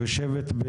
יושבת?